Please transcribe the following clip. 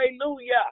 Hallelujah